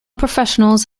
professionals